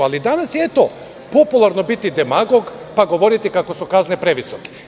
Danas je popularno biti demagog, pa govoriti kako su kazne previsoke.